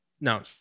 No